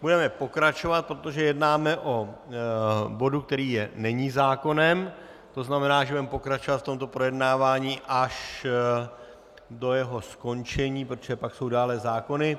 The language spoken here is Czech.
Budeme pokračovat, protože jednáme o bodu, který není zákonem, to znamená, že budeme pokračovat v tomto projednávání až do jeho skončení, protože pak jsou dále zákony.